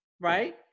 right